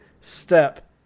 step